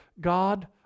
God